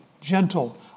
gentle